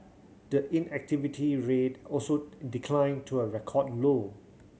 the inactivity rate also declined to a record low